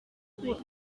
what